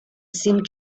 seemed